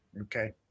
Okay